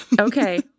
Okay